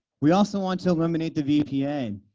we also want to eliminate the vpn.